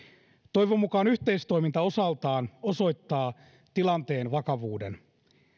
toivon mukaan yhteistoiminta osaltaan osoittaa tilanteen vakavuuden